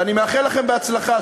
ואני מאחל לכם הצלחה,